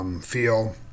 feel